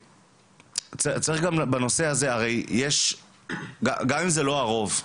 גם אם זה לא הרוב,